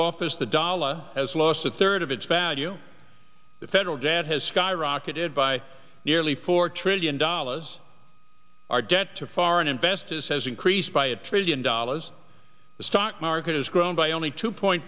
office the dollar has lost a third of its value the federal debt has skyrocketed by nearly four trillion dollars our debt to foreign investors has increased by a trillion dollars the stock market has grown by only two point